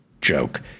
joke